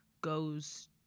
goes